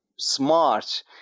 smart